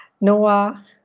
Noah